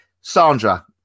Sandra